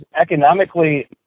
economically